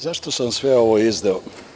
Zašto sam sve ovo izneo?